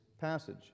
passage